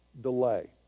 delay